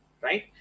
right